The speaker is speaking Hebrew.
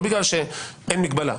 לא בגלל שאין מגבלה.